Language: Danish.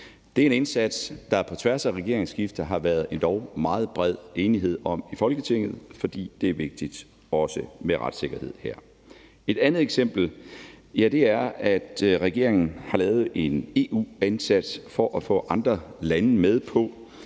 Det er en indsats, som der på tværs af regeringsskifter har været endog meget bred enighed om i Folketinget, fordi det er vigtigt også med retssikkerhed her. Et andet eksempel er, at regeringen har lavet en EU-indsats for at få andre lande med på,